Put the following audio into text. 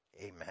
Amen